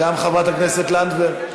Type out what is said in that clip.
גם חברת הכנסת לנדבר,